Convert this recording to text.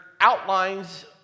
outlines